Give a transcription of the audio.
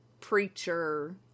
preacher